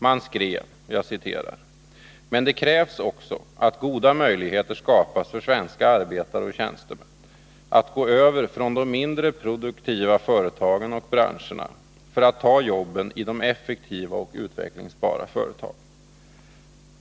Man skrev: ”Men det krävs också att goda möjligheter skapas för svenska arbetare och tjänstemän att gå över från de mindre produktiva företagen och branscherna för att ta jobben i de effektiva och utvecklingsbara företagen.